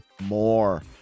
more